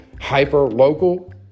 hyper-local